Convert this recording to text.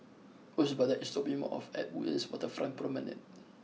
Osvaldo is dropping me off at Woodlands Waterfront Promenade